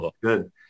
good